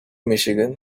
michigan